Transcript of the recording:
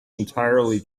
entirely